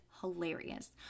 hilarious